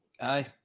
Aye